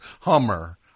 Hummer